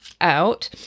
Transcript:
out